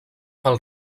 pel